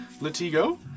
Latigo